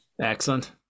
Excellent